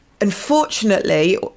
unfortunately